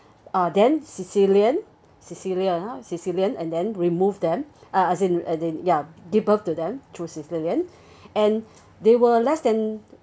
ah then cesarean cesarean cesarean and then remove them uh as in at the ya give birth to them through cesarean and they were less than